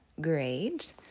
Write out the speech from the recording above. great